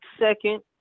second